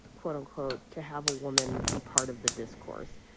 quote unquote, to have a woman be part of the discourse,